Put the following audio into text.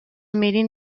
miren